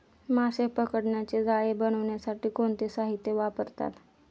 मासे पकडण्याचे जाळे बनवण्यासाठी कोणते साहीत्य वापरतात?